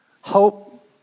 hope